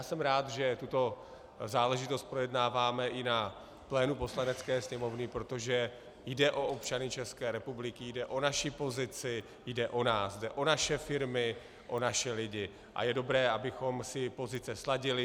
Jsem rád, že tuto záležitost projednáváme i na plénu Poslanecké sněmovny, protože jde o občany České republiky, jde o naši pozici, jde o nás, jde o naše firmy, jde o naše lidi a je dobré, abychom si pozice sladili.